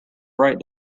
bright